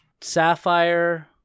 Sapphire